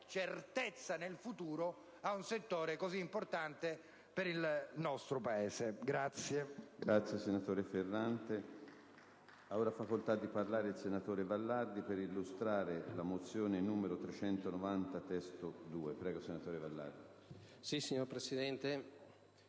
certezza nel futuro a un settore così importante per il nostro Paese.